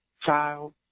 child